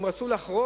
אם הן רצו לחרוש,